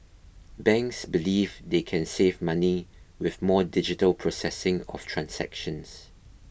banks believe they can save money with more digital processing of transactions